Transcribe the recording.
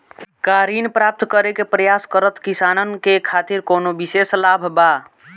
का ऋण प्राप्त करे के प्रयास करत किसानन के खातिर कोनो विशेष लाभ बा